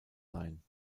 sein